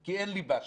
כי אין שם ליבה שם.